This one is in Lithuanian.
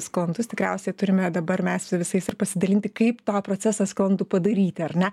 sklandus tikriausiai turime dabar mes su visais ir pasidalinti kaip tą procesą sklandų padaryti ar ne